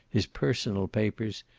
his personal papers,